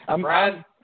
Brad